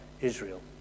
Israel